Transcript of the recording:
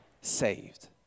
saved